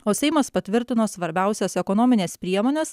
o seimas patvirtino svarbiausias ekonomines priemones